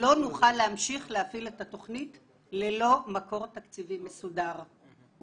לא נוכל להמשיך להפעיל את התוכנית ללא מקור תקציבי מסודר.